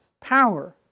power